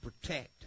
protect